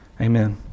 amen